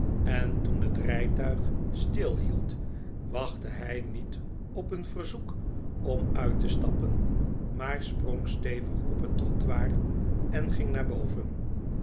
en toen het rijtuig stilhield wachtte hij niet op een verzoek om uit te stappen maar sprong stevig op het trottoir en ging naar boven